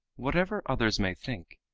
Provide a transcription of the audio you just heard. whatever others may think,